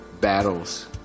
battles